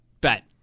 Bet